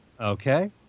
Okay